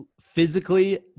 physically